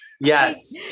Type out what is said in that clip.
Yes